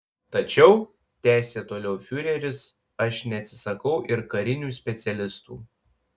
tačiau tęsė toliau fiureris aš neatsisakau ir karinių specialistų